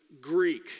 Greek